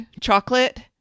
chocolate